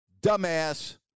dumbass